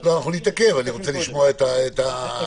השירותים --- אני רוצה לשמוע את האנשים,